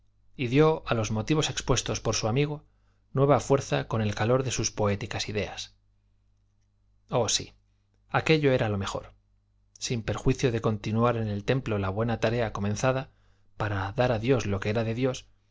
y dio a los motivos expuestos por su amigo nueva fuerza con el calor de sus poéticas ideas oh sí aquello era mejor sin perjuicio de continuar en el templo la buena tarea comenzada para dar a dios lo que era de dios